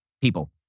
people